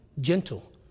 gentle